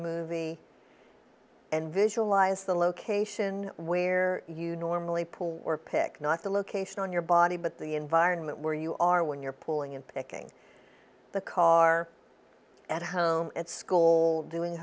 movie and visualize the location where you normally pull or pick not the location on your body but the environment where you are when you're pulling in picking the car at home it's cold doing